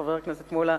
חבר הכנסת מולה,